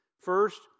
First